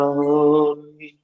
holy